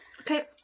Okay